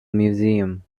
museum